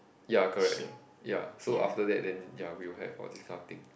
ya correct ya so after that then ya we will have for this kind of thing